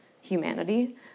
humanity